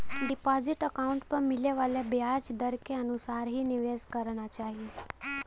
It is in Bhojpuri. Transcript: डिपाजिट अकाउंट पर मिले वाले ब्याज दर के अनुसार ही निवेश करना चाही